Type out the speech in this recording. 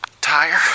tire